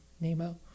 nemo